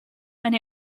and